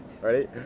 Ready